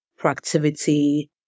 proactivity